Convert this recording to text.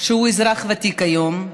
שהוא אזרח ותיק היום.